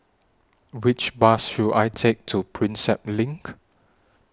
Which Bus should I Take to Prinsep LINK